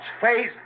face